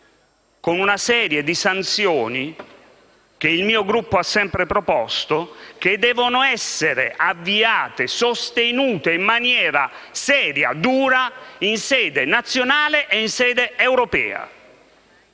Con una serie di sanzioni che il mio Gruppo ha sempre proposto e che devono essere avviate e sostenute in maniera seria e dura in sede nazionale ed europea.